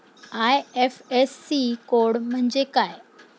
IFSC code म्हणजे काय?